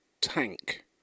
tank